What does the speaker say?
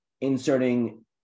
inserting